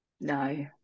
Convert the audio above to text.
no